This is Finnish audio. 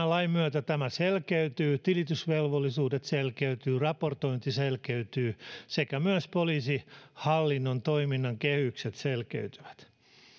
lain myötä tämä selkeytyy tilitysvelvollisuudet selkeytyvät raportointi selkeytyy sekä myös poliisihallinnon toiminnan kehykset selkeytyvät